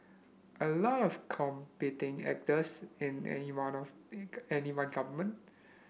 a lot of competing actors in any one of in any one government